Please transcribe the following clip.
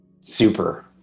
Super